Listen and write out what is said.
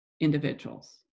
individuals